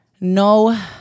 no